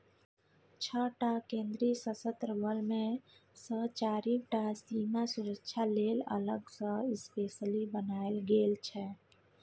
छअ टा केंद्रीय सशस्त्र बल मे सँ चारि टा सीमा सुरक्षा लेल अलग सँ स्पेसली बनाएल गेल छै